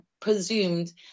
presumed